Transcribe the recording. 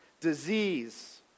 disease